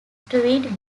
twinned